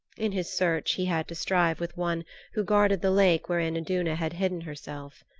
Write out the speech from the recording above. in his search he had to strive with one who guarded the lake wherein iduna had hidden herself.